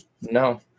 No